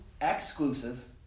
exclusive